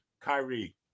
Kyrie